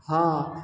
हाँ